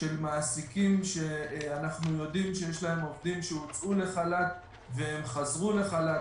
של מעסיקים שאנחנו יודעים שיש להם עובדים שהוצאו לחל"ת והם חזרו לחל"ת.